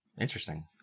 Interesting